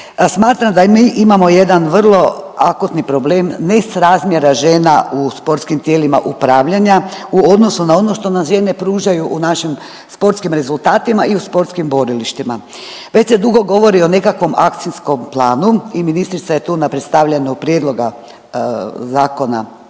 smatram da i mi imamo jedan akutni problem ne srazmjera žena u sportskim tijelima upravljanja u odnosnu na ono što nam žene pružaju u našim sportskim rezultatima i u sportskim borilištima. Već se dugo govori o nekakvom akcijskom planu i ministrica je tu na predstavljanju prijedloga Zakona